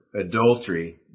adultery